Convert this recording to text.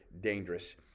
dangerous